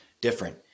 different